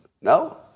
No